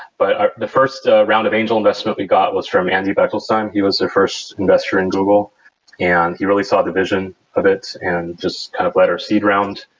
but ah the first round of angel investment we got was from andy bechtolsheim. he was the first investor in google and he really saw the vision of it and just kind of led our seed round.